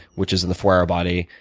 which is and the four hour body,